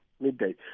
midday